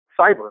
cyber